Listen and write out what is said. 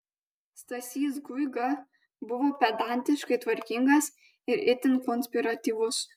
stasys guiga buvo pedantiškai tvarkingas ir itin konspiratyvus